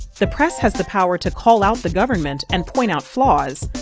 the press has the power to call out the government and point out flaws.